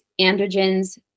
androgens